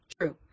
True